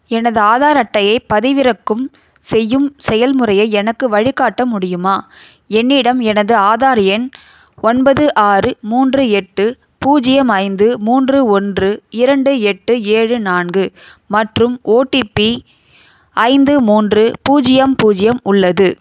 எனது ஆதார் அட்டையைப் பதிவிறக்கும் செய்யும் செயல் முறையை எனக்கு வழிகாட்ட முடியுமா என்னிடம் எனது ஆதார் எண் ஒன்பது ஆறு மூன்று எட்டு பூஜ்ஜியம் ஐந்து மூன்று ஒன்று இரண்டு எட்டு ஏழு நான்கு மற்றும் ஓடிபி ஐந்து மூன்று பூஜ்ஜியம் பூஜ்ஜியம் உள்ளது